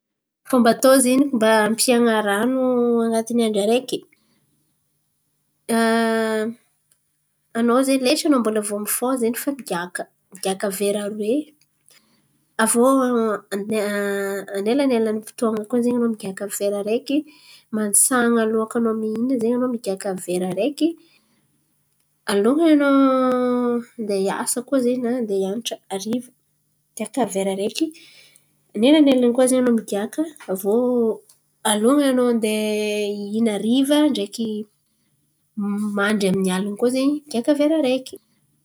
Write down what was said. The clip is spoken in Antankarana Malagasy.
Fômba atao zen̈y mba hahampian̈a rano an̈atin'ny andra araiky, anao zen̈y letry anao mbola vao nifôha zen̈y fa migiaka migiaka vera aroe. Aviô anelanelan'ny fotoan̈a koa zen̈y anao migiaka vera araiky. Mantsan̈a alôhaka anao mihina zen̈y migiaka vera araiky. Alohany anao handeha hiasa koa zen̈y na handeha hianatra hariva, migiaka vera araiky. Anelanelany koa zen̈y anao migiaka. Aviô alohany anao handeha hihina hariva ndreky mandry amy alin̈y koa zen̈y migiaka vera araiky.